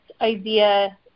idea